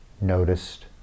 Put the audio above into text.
noticed